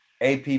AP